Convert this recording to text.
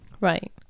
Right